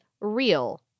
real